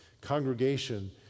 congregation